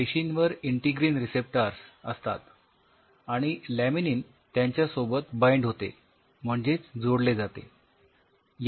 पेशींवर integrin receptors असतात आणि laminin त्यांच्यासोबत बाइंड होते म्हणजेच जोडले जाते